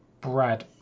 Brad